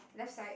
let's start it